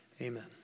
Amen